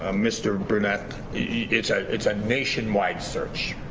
ah mr. burnett, yeah it's it's a nationwide search,